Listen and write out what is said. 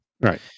Right